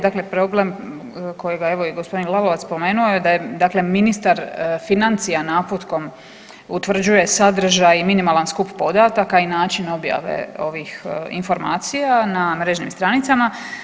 Dakle, problem kojega evo i gospodin Lalovac spomenuo je da je dakle ministar financija naputkom utvrđuje sadržaj i minimalan skup podataka i način objave informacija na mrežnim stranicama.